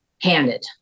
handed